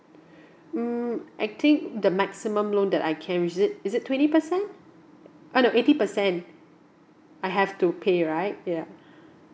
mm I think the maximum loan that I can receive is it twenty percent uh no eighty percent I have to pay right yeah